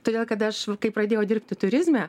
todėl kad aš kai pradėjau dirbti turizme